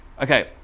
Okay